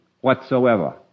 whatsoever